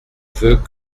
veut